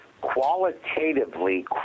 qualitatively